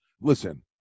Listen